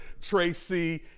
tracy